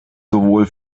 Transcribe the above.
sowohl